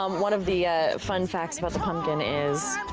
um one of the fun facts about the pumpkin is